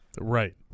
Right